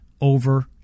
over